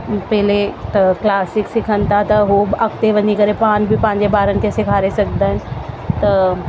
पहिरीं त क्लासिक सिखनि था हो अॻिते वञी करे पाञ पंहिंजे ॿारनि खे सेखारे सघंदा आहिनि त